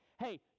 Hey